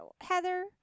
Heather